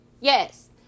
Yes